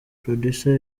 producer